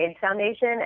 Foundation